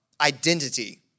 identity